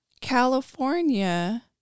California